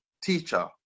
Teacher